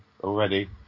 already